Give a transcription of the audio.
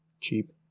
cheap